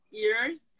ears